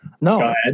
No